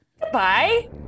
Goodbye